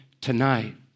tonight